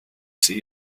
see